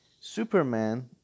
Superman